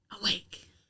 Awake